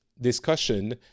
discussion